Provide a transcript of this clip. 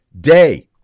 day